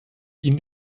ihn